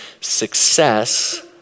success